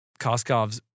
Koskov's